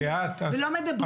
ולא מדברים על זה.